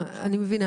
את אומרת